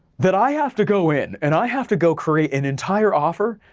that i have to go in and i have to go create an entire offer,